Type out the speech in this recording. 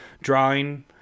drawing